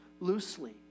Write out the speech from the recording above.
loosely